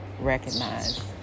recognize